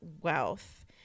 wealth